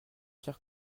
chers